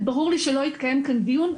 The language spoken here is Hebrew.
ברור לי שלא התקיים כאן דיון,